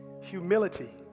Humility